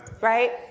right